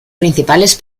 principales